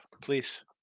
please